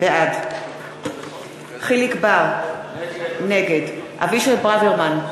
בעד יחיאל חיליק בר, נגד אבישי ברוורמן,